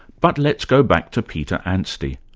but let's go back to peter anstey.